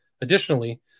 Additionally